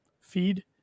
feed